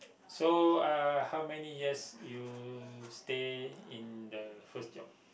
so uh how many years you stay in the first job